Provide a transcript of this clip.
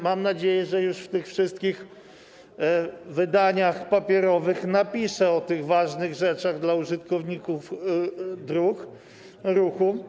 Mam nadzieję, że już w tych wszystkich wydaniach papierowych napisze o tych rzeczach ważnych dla użytkowników dróg ruchu.